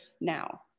now